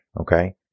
okay